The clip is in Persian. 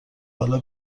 حالا